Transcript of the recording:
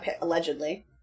allegedly